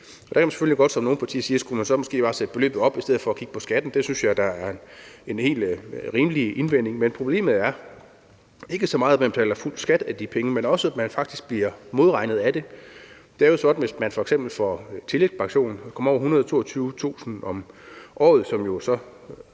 og der kunne man jo godt, som nogle partier siger, bare sætte beløbet op i stedet for at kigge på skatten. Det synes jeg da er en helt rimelig indvending. Men problemet er ikke så meget, at man betaler fuld skat af de penge, men også at man faktisk bliver modregnet i forhold til det. Det er jo sådan, at man, hvis man f.eks. får tillægspension og kommer over 122.000 kr. om året